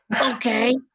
Okay